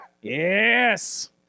Yes